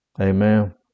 Amen